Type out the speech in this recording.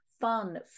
fun